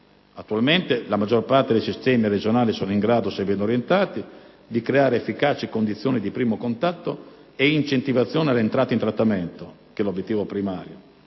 Attualmente, la maggior parte dei sistemi regionali sono in grado - se ben orientati - di creare efficaci condizioni di primo contatto e incentivazione all'entrata in trattamento (obiettivo primario),